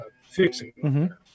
fixing